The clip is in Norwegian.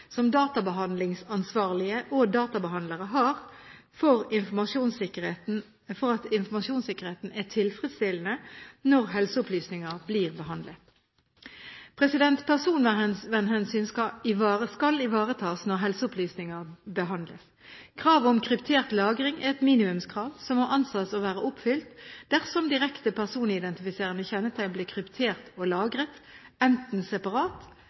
som databehandlingsansvarlige og databehandlere har for at informasjonssikkerheten er tilfredsstillende når helseopplysninger blir behandlet. Personvernhensynet skal ivaretas når helseopplysninger behandles. Kravet om kryptert lagring er et minimumskrav som må anses å være oppfylt dersom direkte personidentifiserende kjennetegn blir kryptert og lagret – enten separat